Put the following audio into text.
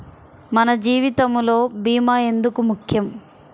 మన జీవితములో భీమా ఎందుకు ముఖ్యం?